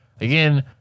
again